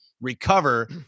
recover